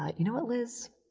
you know what, liz?